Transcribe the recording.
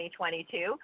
2022